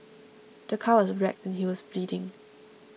the car was wrecked and he was bleeding